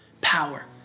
power